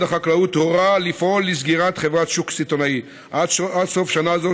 החקלאות הורה לפעול לסגירת חברת שוק סיטונאי עד סוף שנה זו,